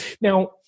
Now